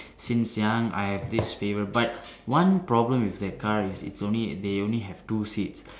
since young I have this favour but one problem with that car is it's only they only have two seats